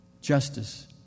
justice